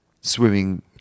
swimming